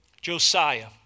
Josiah